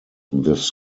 this